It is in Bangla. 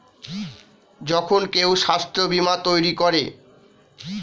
যখন কেউ স্বাস্থ্য বীমা তৈরী করে